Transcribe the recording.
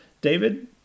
David